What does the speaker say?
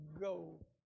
go